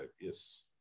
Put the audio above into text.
yes